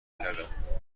کردم